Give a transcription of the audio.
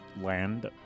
land